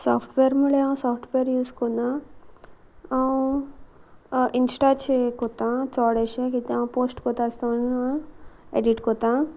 software म्हळे हांव software use कोना हांव इंस्टाचे कोता चोडेशें कितें हांव पोस्ट कोता आसतोना एडीट कोता